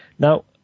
Now